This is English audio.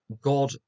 god